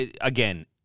again